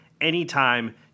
anytime